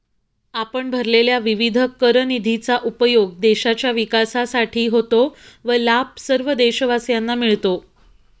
आपण भरलेल्या विविध कर निधीचा उपयोग देशाच्या विकासासाठी होतो व लाभ सर्व देशवासियांना मिळतो